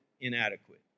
inadequate